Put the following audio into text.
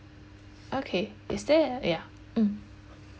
okay is there ya mm